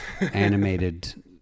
animated